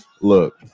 look